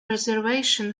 reservation